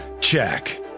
check